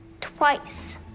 Twice